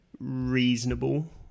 reasonable